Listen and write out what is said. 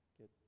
get